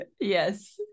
yes